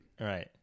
right